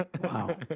Wow